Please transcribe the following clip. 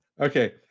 Okay